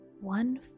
One